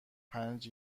پنج